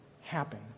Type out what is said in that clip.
happen